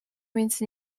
między